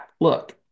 Look